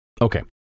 Okay